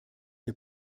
der